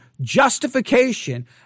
justification